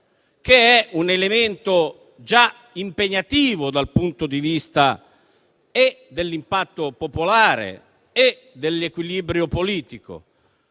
che è già un elemento impegnativo dal punto di vista dell'impatto popolare e dell'equilibrio politico.